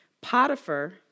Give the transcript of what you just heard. Potiphar